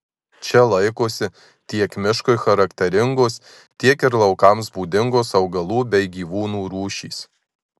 čia laikosi tiek miškui charakteringos tiek ir laukams būdingos augalų bei gyvūnų rūšys